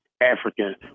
African